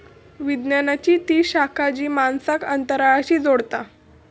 विज्ञानाची ती शाखा जी माणसांक अंतराळाशी जोडता